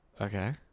okay